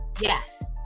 Yes